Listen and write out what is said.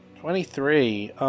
Twenty-three